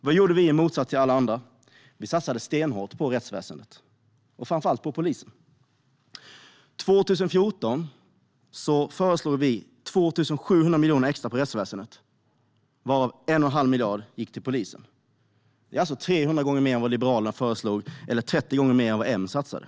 Vad gjorde vi i motsats till alla andra? Vi satsade stenhårt på rättsväsendet och framför allt på polisen. År 2014 föreslog vi 2 700 miljoner extra till rättsväsendet varav 1 1⁄2 miljard gick till polisen. Det är 300 gånger mer än vad Liberalerna satsade eller 30 gånger mer än vad Moderaterna satsade.